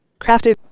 Crafted